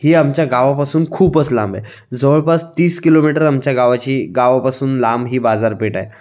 ही आमच्या गावापासून खूपच लांब आहे जवळपास तीस किलोमीटर आमच्या गावाची गावापासून लांब ही बाजारपेठ आहे